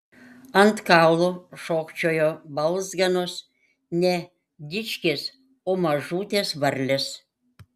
ant kaulų šokčiojo balzganos ne dičkės o mažutės varlės